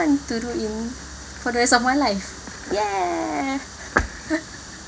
to do in for the rest of my life !yay!